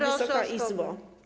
Wysoka Izbo!